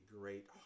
great